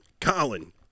Colin